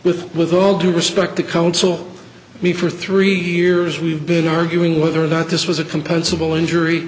with with all due respect the counsel me for three years we've been arguing whether or not this was a compensable injury